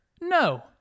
No